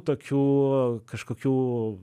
tokių kažkokių